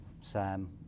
Sam